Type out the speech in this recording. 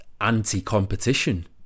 anti-competition